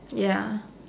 ya